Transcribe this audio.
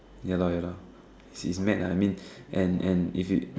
ya lor ya lor she's mad lah I mean and and if you